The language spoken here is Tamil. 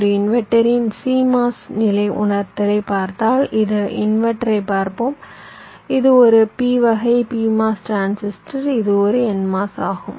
ஒரு இன்வெர்ட்டரின் CMOS நிலை உணர்தலைப் பார்த்தால் இந்த இன்வெர்ட்டரைப் பார்ப்போம் இது ஒரு p வகை PMOS டிரான்சிஸ்டர் இது ஒரு NMOS ஆகும்